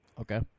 Okay